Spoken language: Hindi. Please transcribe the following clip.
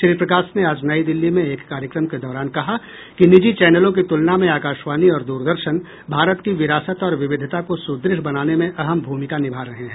श्री प्रकाश ने आज नई दिल्ली में एक कार्यक्रम के दौरान कहा कि निजी चैनलों की तुलना में आकाशवाणी और दूरदर्शन भारत की विरासत और विविधता को सुदृढ़ बनाने में अहम भूमिका निभा रहे हैं